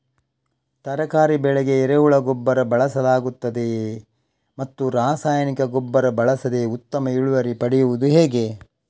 ತರಕಾರಿ ಬೆಳೆಗೆ ಎರೆಹುಳ ಗೊಬ್ಬರ ಬಳಸಲಾಗುತ್ತದೆಯೇ ಮತ್ತು ರಾಸಾಯನಿಕ ಗೊಬ್ಬರ ಬಳಸದೆ ಉತ್ತಮ ಇಳುವರಿ ಪಡೆಯುವುದು ಹೇಗೆ?